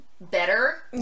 better